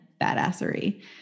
Badassery